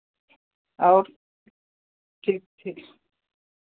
और ठीक ठीक